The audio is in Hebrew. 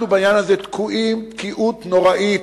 בעניין הזה אנחנו תקועים תקיעות נוראית,